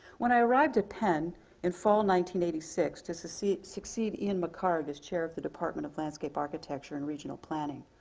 when i arrived at penn in fall one eighty six to succeed succeed ian mcharge as chair of the department of landscape architecture and regional planning,